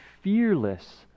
fearless